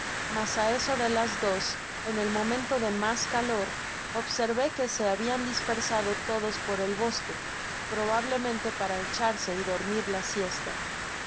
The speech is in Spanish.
mas á eso de las dos en el momento de mas calor obsarvé que se habian dispersado todas por el bosque probablemente para echarse y dormir la siesta